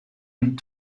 and